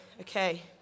okay